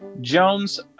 Jones